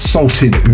Salted